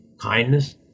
kindness